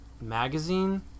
magazine